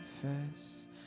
confess